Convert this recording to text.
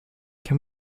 can